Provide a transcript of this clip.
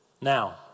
Now